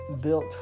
built